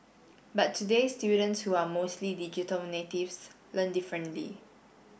but today students who are mostly digital natives learn differently